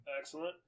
excellent